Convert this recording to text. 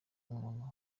umuntu